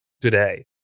today